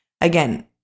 Again